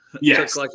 Yes